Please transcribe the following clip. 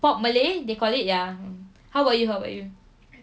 pop malay they call it ya how about you how about you